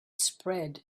spread